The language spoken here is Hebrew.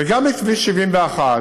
וגם כביש 71,